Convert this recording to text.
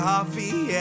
Coffee